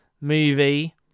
movie